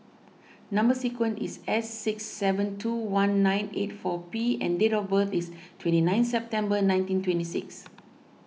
Number Sequence is S six seven two one nine eight four P and date of birth is twenty nine September nineteen twenty six